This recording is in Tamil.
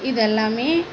இதெல்லாமே